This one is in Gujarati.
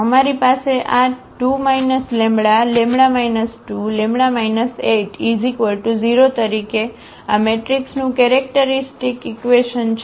અમારી પાસે આ 2 λλ 2λ 80 તરીકે આ મેટ્રિક્સનું કેરેક્ટરિસ્ટિક ઈક્વેશન છે